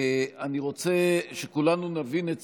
ואנחנו נעבור לשורת נושאים שנוגעים לעבודת הוועדה המסדרת.